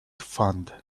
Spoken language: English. fund